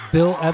Bill